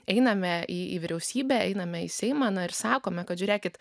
einame į į vyriausybę einame į seimą na ir sakome kad žiūrėkit